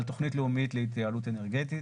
שנים על תוכנית לאומית להתייעלות אנרגטית,